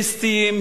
מיסטיים,